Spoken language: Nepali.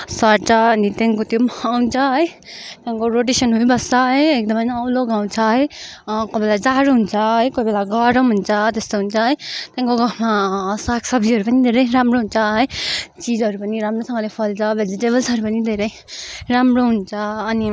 सर्छ त्यहाँदेखिको त्यो पनि आउँछ है त्यहाँदेखिको रोटेसन भइबस्छ है एकदमै नौलो गाउँ छ है कोहीबेला जाड़ो हुन्छ कोहीबेला गरम हुन्छ त्यस्तो हुन्छ है त्यहाँदेखिको साग सब्जीहरू पनि धेरै राम्रो हुन्छ है चिजहरू पनि राम्रोसँगले फल्छ भेजिटेबल्सहरू पनि धेरै राम्रो हुन्छ अनि